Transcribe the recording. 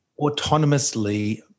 autonomously